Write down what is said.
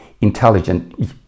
intelligent